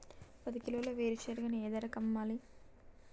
పది కిలోగ్రాముల వేరుశనగని ఏ ధరకు అమ్మాలి?